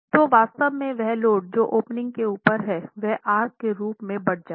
तो वास्तव में वह लोड जो ओपनिंग के ऊपर है वह आर्क के रूप में बँट जाता है